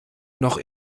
noch